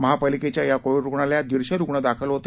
महापालिकेच्या या कोविड रुग्णालयात दीडशे रुग्ण दाखल होते